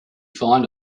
find